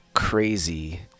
crazy